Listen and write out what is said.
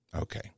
Okay